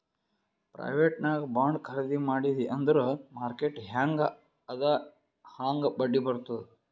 private ನಾಗ್ bond ಖರ್ದಿ ಮಾಡಿದಿ ಅಂದುರ್ ಮಾರ್ಕೆಟ್ ಹ್ಯಾಂಗ್ ಅದಾ ಹಾಂಗ್ ಬಡ್ಡಿ ಬರ್ತುದ್